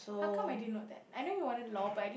how come I didn't know that I know you wanted law but I didn't